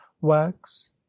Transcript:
wax